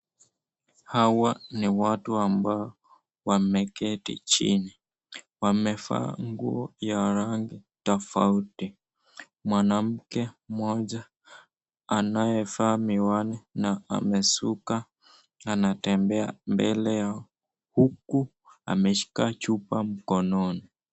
Hawa ni watu ambao wameketi chini wamevaa nguo ya rangi tofauti , mwanamke mmoja anayevaa miwani na amesuka anatembea mbele yao huku ameshika chupa mkononi.